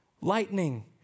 Lightning